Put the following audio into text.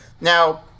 Now